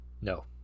No